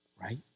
right